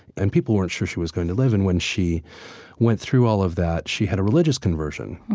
and people weren't sure she was going to live. and when she went through all of that, she had a religious conversion